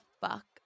fuck